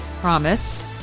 Promise